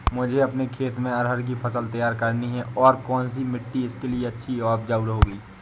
मुझे अपने खेत में अरहर की फसल तैयार करनी है और कौन सी मिट्टी इसके लिए अच्छी व उपजाऊ होगी?